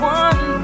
one